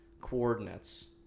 coordinates